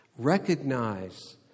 recognize